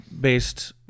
based